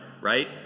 right